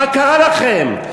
מה קרה לכם?